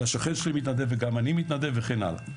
זה השכן שלי מתנדב וגם אני מתנדב וכן הלאה.